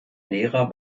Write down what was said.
lehrer